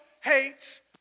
hates